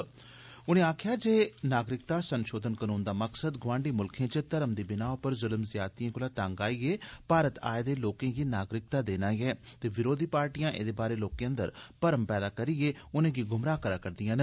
मोदी होरें आक्खेआ ऐ जे नागरिकता संशोधन कनून दा मकसद गोआंडी मुल्खे च धर्म दी बिनाह पर जुल्म ज्यादतिये कोला तंग होईए भारत आए दे लोकें गी नागरिकता देना ते विरोधी पार्टियां एह्दे बारै लोकें अंदर भर्म पैदा करिए उनेंगी गुमराह करै करदियां न